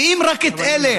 ואם רק באלה,